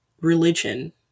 religion